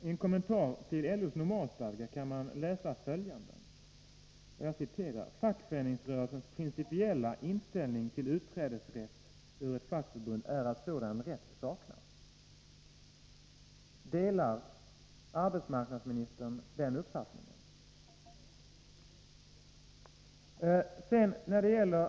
I en kommentar till LO:s normalstadgar kan man läsa: ”Fackföreningsrörelsens principiella inställning till utträdesrätt ur ett fackförbund är att sådan rätt saknas.” Delar arbetsmarknadsministern den uppfattningen?